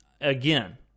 Again